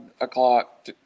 o'clock